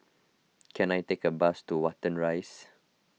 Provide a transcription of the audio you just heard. can I take a bus to Watten Rise